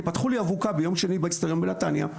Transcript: פתחו לי אבוקה ביום שני באצטדיון בנתניה,